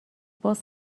باز